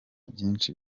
byinshi